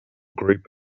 group